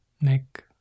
neck